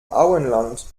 auenland